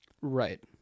Right